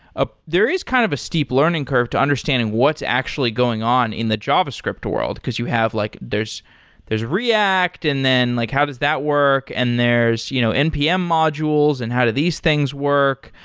ah there is kind of a steep learning curve to understanding what's actually going on in the javascript world, because you have like there's there's react and then like how does that work. and there's you know npm modules and how do these things work.